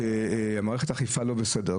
שמערכת האכיפה לא בסדר.